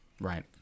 Right